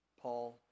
Paul